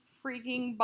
freaking